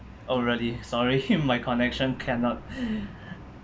oh really sorry my connection cannot